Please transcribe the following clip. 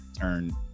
turn